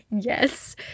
Yes